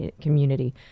community